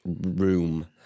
room